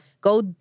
go